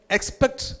Expect